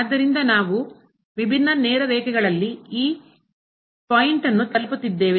ಆದ್ದರಿಂದ ನಾವು ವಿಭಿನ್ನ ನೇರ ರೇಖೆಗಳಲ್ಲಿ ಈ ಪಾಯಿಂಟ್ ನ್ನು ತಲುಪುತ್ತಿದ್ದೇವೆ